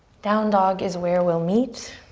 down dog is where we'll meet.